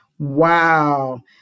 Wow